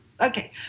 Okay